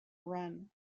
run